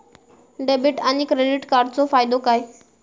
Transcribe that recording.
Debit आणि credit कार्डचो फायदो काय?